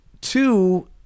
two